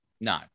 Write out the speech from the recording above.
No